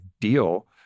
deal